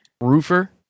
roofer